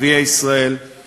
גם עם ערביי ישראל ובכלל,